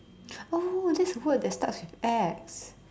oh that's the word that starts with X